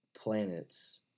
planets